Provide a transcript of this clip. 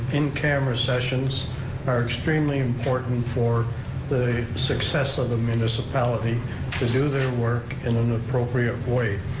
in camera sessions are extremely important for the success of the municipality to do their work in an appropriate way.